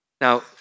Now